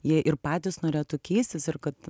jie ir patys norėtų keistis ir kad